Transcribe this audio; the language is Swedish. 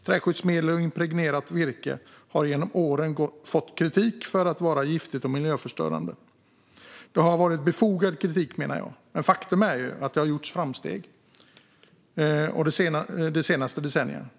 Träskyddsmedel och impregnerat virke har genom åren fått kritik för att vara giftiga och miljöförstörande. Det har varit befogad kritik, men faktum är att det har gjorts framsteg de senaste decennierna.